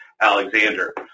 Alexander